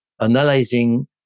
analyzing